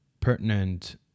pertinent